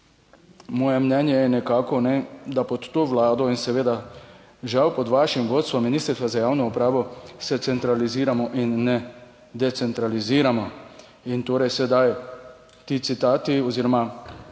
moje mnenje je nekako, da pod to vlado in seveda žal pod vašim vodstvom Ministrstva za javno upravo se centraliziramo in ne decentraliziramo. In torej sedaj ti citati oziroma